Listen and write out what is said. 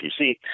PC